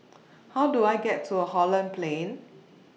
How Do I get to Holland Plain